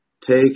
take